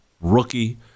rookie